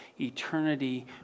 eternity